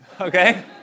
okay